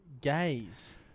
gays